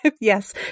Yes